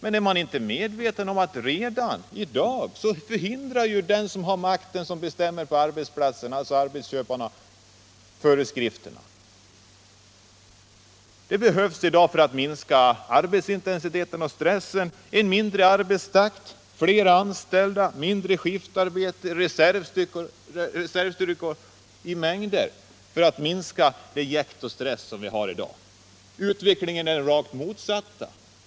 Men är man inte medveten om att redan i dag motarbetar de som har makten, som bestämmer på arbetsplatsen — alltså arbetsköparna — föreskrifterna? För att minska arbetsintensiteten och stressen behövs lägre arbetstakt, flera anställda, mindre skiftarbete, reservstyrkor i mängder. Utvecklingen är den rakt motsatta.